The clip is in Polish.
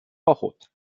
pochód